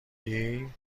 ولی